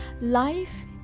Life